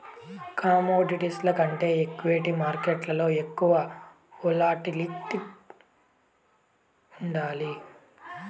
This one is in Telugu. కమోడిటీస్ల కంటే ఈక్విటీ మార్కేట్లల ఎక్కువ వోల్టాలిటీ ఉండాది